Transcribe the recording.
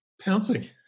pouncing